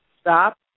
stop